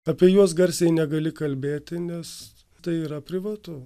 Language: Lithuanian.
apie juos garsiai negali kalbėti nes tai yra privatu